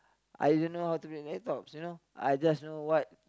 I don't know how to play laptops you know I just know what